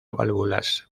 válvulas